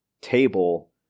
table